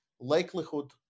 likelihood